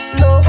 no